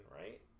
right